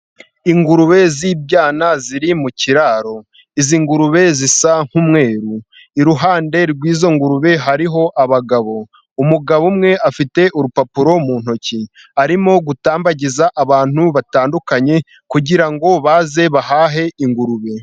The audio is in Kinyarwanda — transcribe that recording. Ingurube z'ibyana ziri mu kiraro, izi ngurube zisa nk'umweru iruhande rw'izo ngurube hariho abagabo, umugabo umwe afite urupapuro mu ntoki arimo gutambagiza abantu batandukanye, kugirango baze bahahe ingurube.